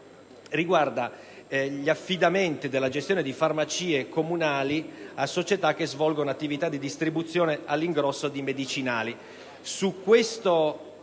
riguarda gli affidamenti della gestione di farmacie comunali a società che svolgono attività di distribuzione all'ingrosso di medicinali.